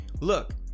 Look